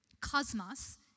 cosmos